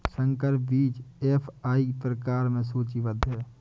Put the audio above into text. संकर बीज एफ.आई प्रकार में सूचीबद्ध है